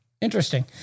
Interesting